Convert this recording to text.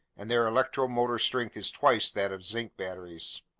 and their electro-motor strength is twice that of zinc batteries.